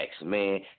man